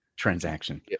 transaction